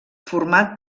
format